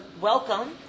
welcome